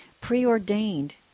preordained